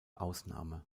ausnahme